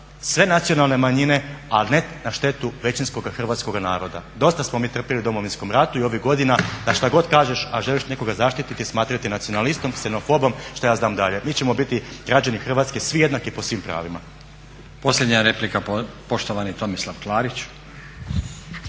sve nacionalne manjine ali ne na štetu većinskoga hrvatskoga naroda. Dosta smo mi trpili u Domovinskom ratu i ovih godina da šta god kažeš a želiš nekoga zaštiti smatraju te nacionalistom, ksenofobom šta ja znam dalje. Mi ćemo biti građani Hrvatske svi jednaki po svim pravima. **Stazić, Nenad (SDP)** Posljednja replika poštovani Tomislav Klarić.